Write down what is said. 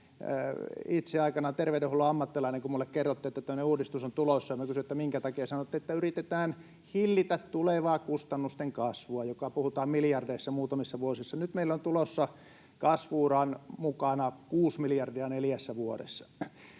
itse aikanaan terveydenhuollon ammattilainen, kun minulle kerrottiin, että tämmöinen uudistus on tulossa, ja kun minä kysyin, että minkä takia, niin sanottiin, että yritetään hillitä tulevaa kustannusten kasvua, josta puhutaan miljardeissa muutamissa vuosissa. Nyt meille on tulossa kasvu-uran mukana kuusi miljardia neljässä vuodessa,